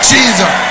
Jesus